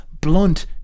blunt